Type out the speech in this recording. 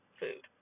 food